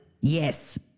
Yes